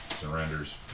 surrenders